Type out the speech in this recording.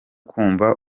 kumva